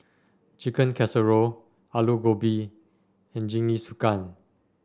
Chicken Casserole Alu Gobi and Jingisukan